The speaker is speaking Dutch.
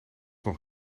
nog